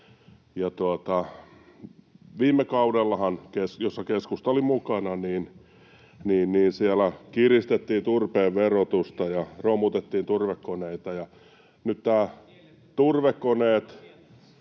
Viime kaudellahan, jossa keskusta oli mukana, kiristettiin turpeen verotusta ja romutettiin turvekoneita.